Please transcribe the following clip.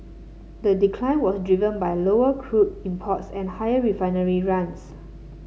the decline was driven by lower crude imports and higher refinery runs